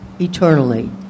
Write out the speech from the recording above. eternally